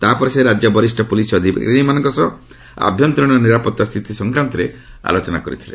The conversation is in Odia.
ତା ପରେ ସେ ରାଜ୍ୟ ବରିଷ୍ଣ ପୁଲିସ୍ ଅଧିକାରୀମାନଙ୍କ ସହ ଆଭ୍ୟନ୍ତରୀଣ ନିରାପଭା ସ୍ଥିତି ସଂକ୍ରାନ୍ତରେ ଆଲୋଚନା କରିଥିଲେ